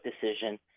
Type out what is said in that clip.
decision